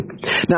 Now